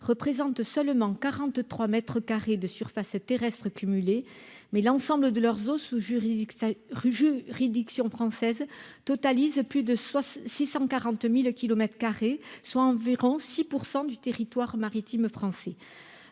représentent seulement 43 mètres carrés de surface terrestre cumulés, mais l'ensemble de leurs eaux sous juridiction rue juridictions françaises totalisent plus de 640000 kilomètres carrés, soit environ 6 % du territoire maritime français